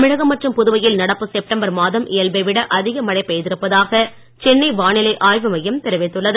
தமிழகம் மற்றும் புதுவையில் நடப்பு செப்டம்பர் மாதம் இயல்பை விட அதிக மழை பெய்திருப்பதாக சென்னை வானிலை ஆய்வுமையம் தெரிவித்துள்ளது